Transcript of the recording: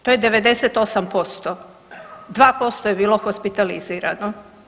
To je 98%, 2% je bilo hospitalizirano.